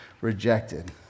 rejected